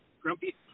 Grumpy